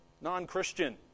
non-Christian